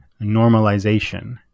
normalization